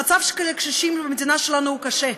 המצב של הקשישים במדינה שלנו הוא קשה,